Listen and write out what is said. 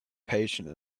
patient